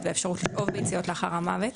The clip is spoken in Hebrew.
והאפשרות לשאוב ביציות לאחר המוות.